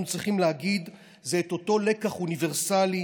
צריכים להגיד זה את אותו לקח אוניברסלי,